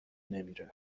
نمیره